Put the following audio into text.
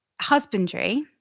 husbandry